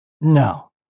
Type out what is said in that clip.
No